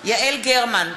יעל גרמן,